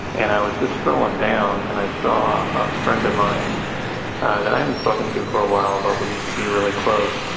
and i was just scrolling down. and i saw a friend of mine that i haven't spoken to for a while, but we used to be really close.